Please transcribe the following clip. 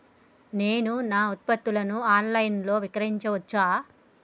నేను నా ఉత్పత్తులను ఆన్ లైన్ లో విక్రయించచ్చా?